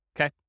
okay